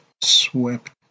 swept